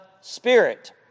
Spirit